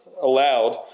allowed